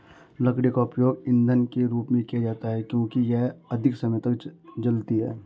लकड़ी का उपयोग ईंधन के रूप में किया जाता है क्योंकि यह अधिक समय तक जलती है